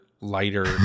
lighter